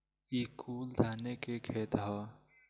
ई कुल धाने के खेत ह